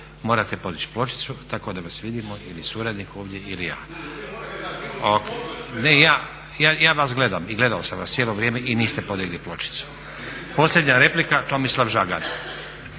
morate podići pločicu tako da vas vidimo ili suradnik ovdje ili ja. … /Upadica se ne razumije./ … Ja vas gledam i gledao sam vas cijelo vrijeme i niste podigli pločicu. Posljednja replika, Tomislav Žagar.